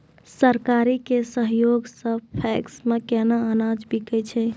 सरकार के सहयोग सऽ पैक्स मे केना अनाज बिकै छै?